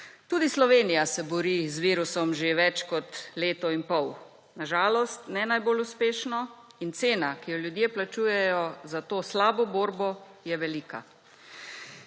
Tudi Slovenija se bori z virusom že več kot leto in pol, na žalost ne najbolj uspešno, in cena, ki jo ljudje plačujejo za to slabo borbo, je velika.